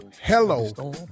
Hello